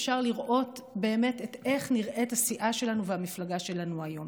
אפשר לראות איך נראית הסיעה שלנו והמפלגה שלנו היום: